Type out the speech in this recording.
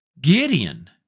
Gideon